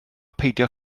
peidio